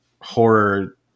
horror